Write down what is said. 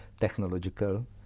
technological